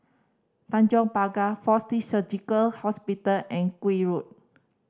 Tanjong Pagar Fortis Surgical Hospital and Gul Road